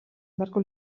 beharko